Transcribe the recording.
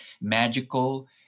magical